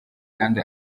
kandi